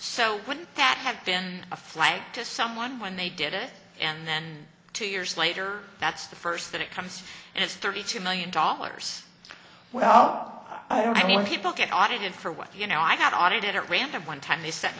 wouldn't that have been a flight to someone when they did it and then two years later that's the first that it comes and it's thirty two million dollars well i mean people get audited for what you know i got audited at random one time they sent